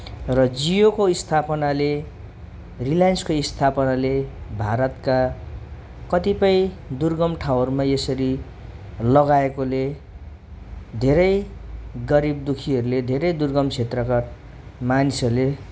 र जियोको स्थापनाले रिलायन्सको स्थापनाले भारतका कतिपय दुर्गम ठाउँहरूमा यसरी लगाएकोले धेरै गरिब दुखीहरूले धेरै दुर्गम क्षेत्रका मानिसहरूले